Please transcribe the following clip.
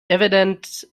evident